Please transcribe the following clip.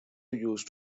used